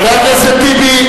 חבר הכנסת טיבי.